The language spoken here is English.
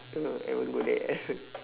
haven't go there